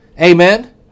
Amen